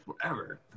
forever